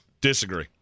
disagree